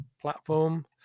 platform